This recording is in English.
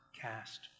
cast